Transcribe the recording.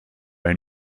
and